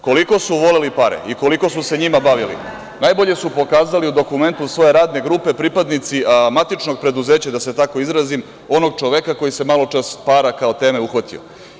Koliko su voleli pare i koliko su se njima bavili, najbolje su pokazali u dokumentu svoje radne grupe pripadnici matičnog preduzeća, da se tako izrazim, onog čoveka koji se maločas para kao teme uhvatio.